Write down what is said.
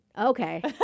Okay